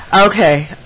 Okay